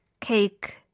cake